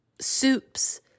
soups